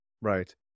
right